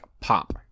pop